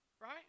right